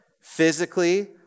physically